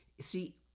See